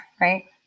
right